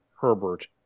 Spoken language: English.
Herbert